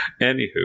Anywho